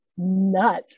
nuts